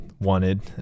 wanted